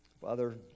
Father